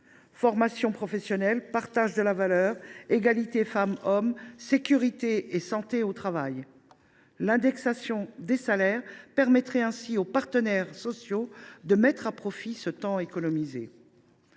formation professionnelle, partage de la valeur, égalité femmes hommes, sécurité et santé au travail. L’indexation des salaires permettrait ainsi aux partenaires sociaux de mettre à profit ce temps économisé.